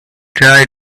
try